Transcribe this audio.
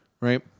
Right